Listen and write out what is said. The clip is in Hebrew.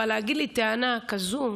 אבל להגיד לי טענה כזאת,